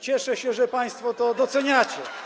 Cieszę się, że państwo to doceniacie.